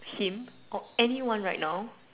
him or anyone right now